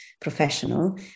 professional